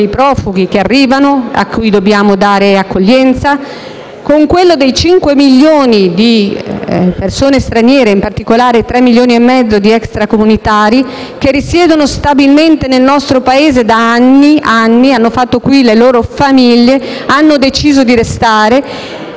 dei profughi che arrivano nel nostro Paese, a cui dobbiamo dare accoglienza; dall'altra, i 5 milioni di persone straniere, in particolare 3,5 milioni di extracomunitari, che risiedono stabilmente nel nostro Paese da anni: hanno formato qui le loro famiglie, hanno deciso di restare,